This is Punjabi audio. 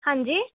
ਹਾਂਜੀ